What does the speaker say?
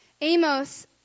Amos